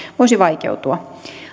voisi vaikeutua